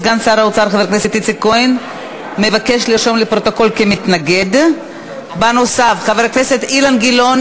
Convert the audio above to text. בעד, עשרה חברי כנסת, 45 מתנגדים, שלושה נמנעים.